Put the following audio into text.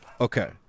okay